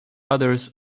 others